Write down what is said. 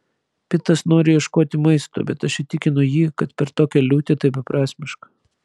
pitas nori ieškoti maisto bet aš įtikinu jį kad per tokią liūtį tai beprasmiška